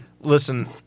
Listen